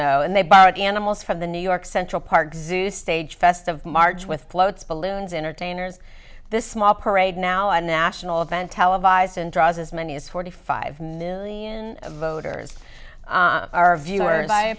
know and they borrowed animals from the new york central park zoo stage fest of march with floats balloons entertainers this small parade now a national event televised and draws as many as forty five million voters our viewers